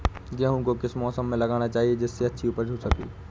गेहूँ को किस मौसम में लगाना चाहिए जिससे अच्छी उपज हो सके?